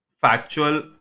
factual